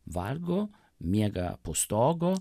valgo miega po stogu